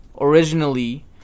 originally